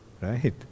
Right